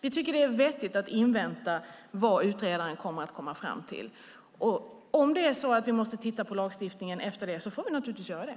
Vi tycker att det är vettigt att invänta vad utredaren kommer fram till. Om vi måste titta på lagstiftningen efter det får vi naturligtvis göra det.